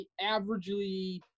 averagely